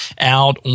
out